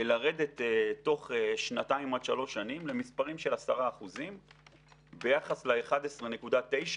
לרדת תוך שנתיים עד שלוש שנים למספרים של 10% ביחס ל-11.9%.